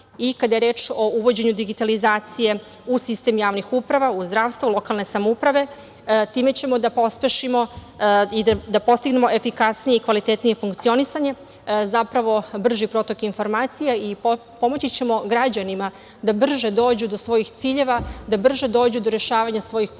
i kada je reč o uvođenju digitalizacije u sistem javnih uprava, u zdravstvo, lokalne samouprave, time ćemo da pospešimo i da postignemo efikasnije i kvalitetnije funkcionisanje, zapravo brži protok informacija i pomoći ćemo građanima da brže dođu do svojih ciljeva, da brže dođu do rešavanja svojih potreba